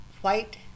white